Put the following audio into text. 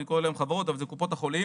אני קורא להן חברות אבל אלו קופות החולים.